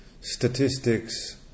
statistics